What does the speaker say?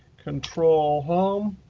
control, home.